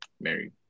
married